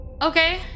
Okay